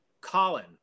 Colin